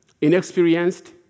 inexperienced